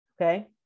Okay